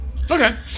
Okay